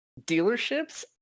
Dealerships